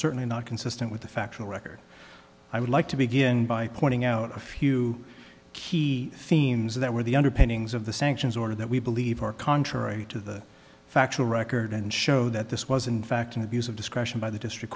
certainly not consistent with the factual record i would like to begin by pointing out a few key themes that were the underpinnings of the sanctions or that we believe are contrary to the factual record and show that this was in fact an abuse of discretion by the district